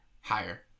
Higher